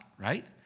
right